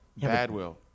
Badwill